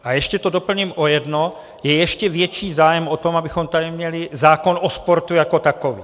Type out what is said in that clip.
A ještě to doplním o jedno, je ještě větší zájem o to, abychom tady měli zákon o sportu jako takový.